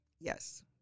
Yes